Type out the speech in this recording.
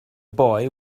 boy